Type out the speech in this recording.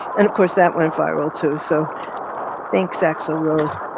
and of course, that went viral too. so thanks, axl rose.